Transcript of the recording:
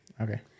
Okay